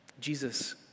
Jesus